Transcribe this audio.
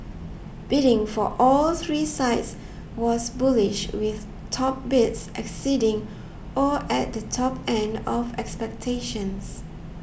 bidding for all three sites was bullish with top bids exceeding or at the top end of expectations